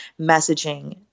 messaging